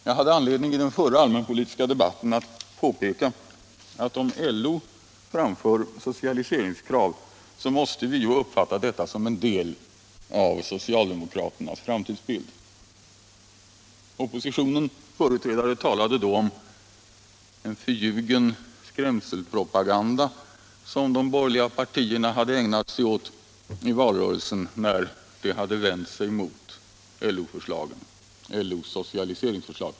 Jag hade i den förra allmänpolitiska debatten anledning att påpeka att om LO framför socialiseringskrav, så måste vi uppfatta det som en del av socialdemokraternas framtidsbild. Oppositionens företrädare talade då om en förljugen skrämselpropaganda, som de borgerliga partierna hade ägnat sig åt i valrörelsen när de vänt sig mot LO:s socialiseringsförslag.